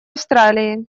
австралии